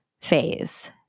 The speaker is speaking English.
phase